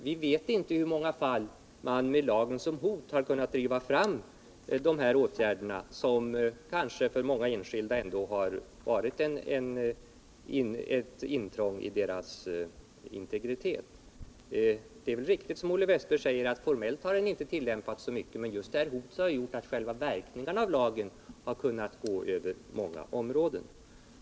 Vi vet inte i hur många fall man med lagen som hot har kunnat driva fram de här åtgärderna, som kanske för många enskilda ändå har varit ett intrång i deras integritet. Det är väl riktigt som Olle Westberg säger, att formellt har lagen inte tillämpats så mycket. Men just det här hotet har gjort att själva verk ningarna av lagen har kunnat sträcka sig över många områden.